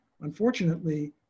Unfortunately